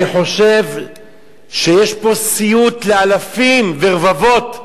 אני חושב שיש פה סיוט לאלפים ורבבות,